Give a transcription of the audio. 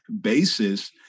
basis